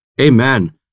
Amen